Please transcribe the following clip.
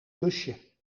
kusje